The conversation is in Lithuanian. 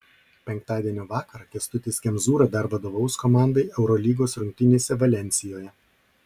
penktadienio vakarą kęstutis kemzūra dar vadovaus komandai eurolygos rungtynėse valensijoje